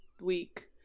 week